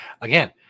Again